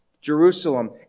Jerusalem